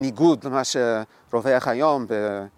‫ניגוד למה שרובה איך היום.